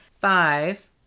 five